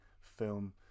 film